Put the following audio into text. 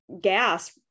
gas